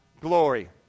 glory